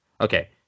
Okay